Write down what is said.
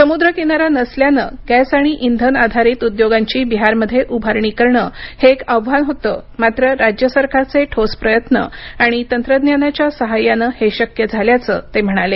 समुद्रकिनारा नसल्याने गॅस आणि इंधन आधारित उद्योगांची बिहारमध्ये उभारणी करण हे एक आव्हान होतं मात्र राज्य सरकारचे ठोस प्रयत्न आणि तंत्रज्ञानाच्या साहाय्यान हे शक्य झाल्याचं ते म्हणाले